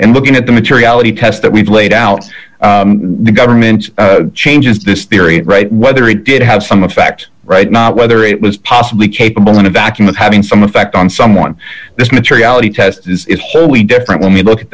and looking at the materiality test that we've laid out the government's changes this theory right whether it did have some effect right now whether it was possibly capable in a vacuum of having some effect on someone this materiality test is wholly different when we look at